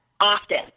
often